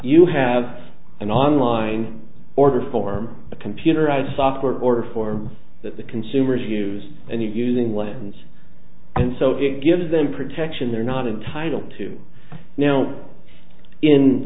you have an online order form a computerized software order form that the consumers use and using land and so it gives them protection they're not entitled to now in